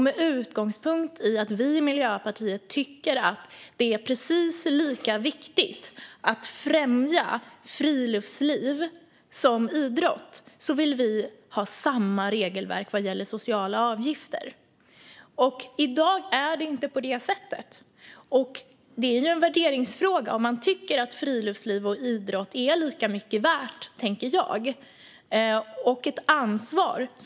Med utgångspunkt i att vi i Miljöpartiet tycker att det är precis lika viktigt att främja friluftsliv som idrott vill vi ha samma regelverk vad gäller sociala avgifter. I dag är det inte på det sättet. Det är en värderingsfråga om man tycker att friluftsliv är lika mycket värt som idrott.